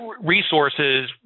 resources